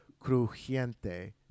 crujiente